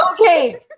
Okay